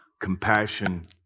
compassion